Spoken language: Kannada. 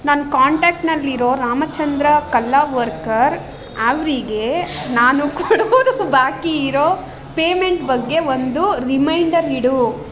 ನನ್ನ ಕಾಂಟಾಕ್ಟ್ನಲ್ಲಿರೋ ರಾಮಚಂದ್ರ ಕಲ್ಲಾವರ್ಕರ್ ಅವರಿಗೆ ನಾನು ಕೊಡೋದು ಬಾಕಿಯಿರೋ ಪೇಮೆಂಟ್ ಬಗ್ಗೆ ಒಂದು ರಿಮೈಂಡರ್ ಇಡು